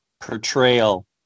portrayal